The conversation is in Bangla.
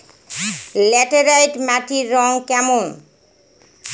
ল্যাটেরাইট মাটির রং কেমন?